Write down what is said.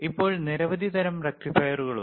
ഇപ്പോൾ നിരവധി തരം റക്റ്റിഫയറുകളുണ്ട്